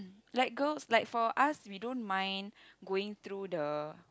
like girls like for us we don't mind going through the